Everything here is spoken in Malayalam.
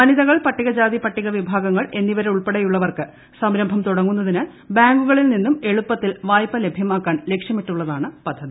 വനിതകൾ പട്ടികജാതി പട്ടിക വിഭാഗങ്ങൾ എന്നീപ്പൂരുൾപ്പെടെയുള്ളവർക്ക് സംരംഭം തുടങ്ങുന്നതിന് ബാങ്കുക്ക്ളീൽ നിന്നും എളുപ്പത്തിൽ വായ്പ ലഭ്യമാക്കാൻ ലക്ഷ്യമിട്ടാളിന് പ്പദ്ധതി